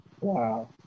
wow